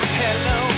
hello